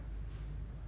but it's ki zhi